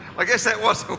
i guess that was